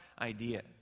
idea